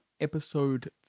episode